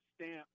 stamp